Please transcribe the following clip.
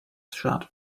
shut